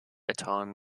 eton